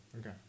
Okay